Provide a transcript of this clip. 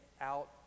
out